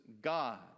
God